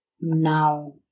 now